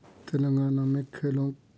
تلنگانہ میں کھیلوں